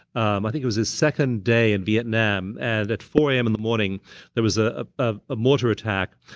um i think it was his second day in vietnam, and at four zero a m. in the morning there was ah ah ah a mortar attack.